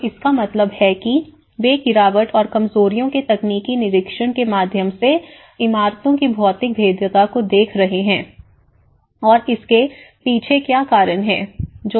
तो इसका मतलब है कि वे गिरावट और कमजोरियों के तकनीकी निरीक्षण के माध्यम से इमारतों की भौतिक भेद्यता को देख रहे हैं और इसके पीछे क्या कारण हैं